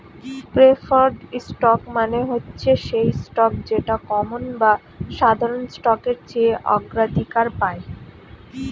preferred stock মানে হচ্ছে সেই স্টক যেটা কমন বা সাধারণ স্টকের চেয়ে অগ্রাধিকার পায়